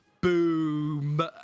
boom